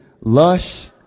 lush